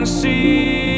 see